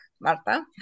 Marta